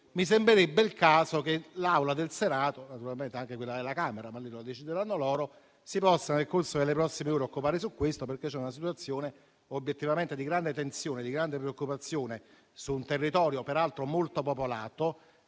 mi sembrerebbe il caso che l'Assemblea del Senato - naturalmente anche quella della Camera, ma quello lo decideranno loro - si potesse, nel corso delle prossime ore, occupare di questo, perché c'è una situazione obiettivamente di grande tensione e di grande preoccupazione su un territorio peraltro molto popolato